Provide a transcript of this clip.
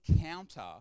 counter